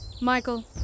Michael